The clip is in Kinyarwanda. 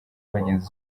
abagenzi